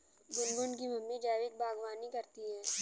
गुनगुन की मम्मी जैविक बागवानी करती है